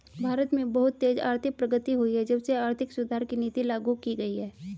भारत में बहुत तेज आर्थिक प्रगति हुई है जब से आर्थिक सुधार की नीति लागू की गयी है